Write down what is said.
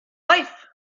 life